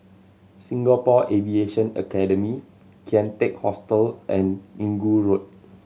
Singapore Aviation Academy Kian Teck Hostel and Inggu Road